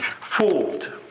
fooled